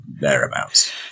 thereabouts